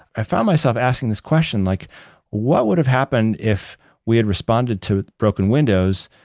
i found myself asking this question, like what would have happened if we had responded to broken windows,